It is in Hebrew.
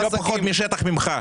אני לא פחות בשטח ממך.